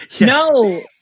no